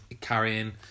carrying